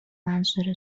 منظور